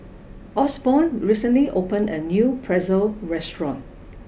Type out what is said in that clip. Osborn recently opened a new Pretzel restaurant